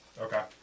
Okay